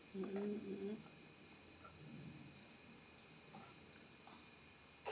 mm mm mm mm